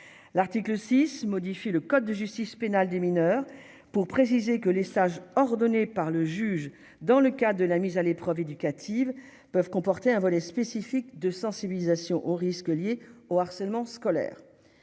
l'article 6 modifie le code de justice pénale des mineurs pour préciser que les sages ordonnée par le juge dans le cas de la mise à l'épreuve éducative peuvent comporter un volet spécifique de sensibilisation aux risques liés au harcèlement scolaire